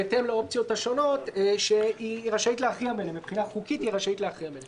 בהתאם לאופציות השונות שמבחינה חוקית היא רשאית להכריע ביניהן.